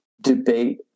debate